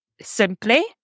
simply